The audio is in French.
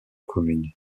commune